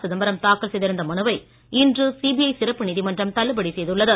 சிதம்பரம் தாக்கல் செய்திருந்த மனுவை இன்று சிபிஐ சிறப்பு நீதிமன்றம் தள்ளுபடி செய்துள்ளது